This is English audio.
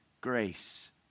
grace